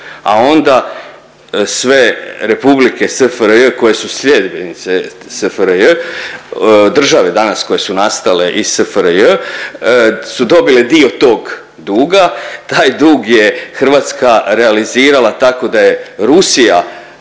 a onda sve republike SFRJ koje su sljedbenice SFRJ, država danas koje su nastale iz SFRJ su dobile dio tog duga. Taj dug je Hrvatska realizirala tako da je Rusija